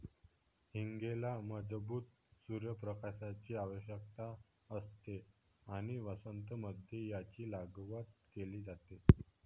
हींगेला मजबूत सूर्य प्रकाशाची आवश्यकता असते आणि वसंत मध्ये याची लागवड केली जाते